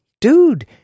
dude